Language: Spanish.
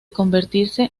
convertirse